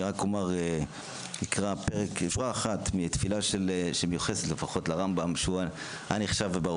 אני אקרא שורה אחת מתפילה שמיוחסת לרמב"ם שנחשב מגדולי